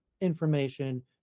Information